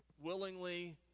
willingly